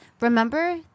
Remember